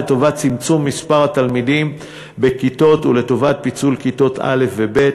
לטובת צמצום מספר התלמידים בכיתות ולטובת פיצול כיתות א' וב'.